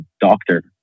doctor